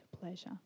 pleasure